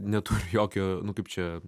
neturi jokio nu kaip čia